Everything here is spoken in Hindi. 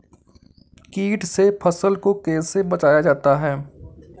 कीट से फसल को कैसे बचाया जाता हैं?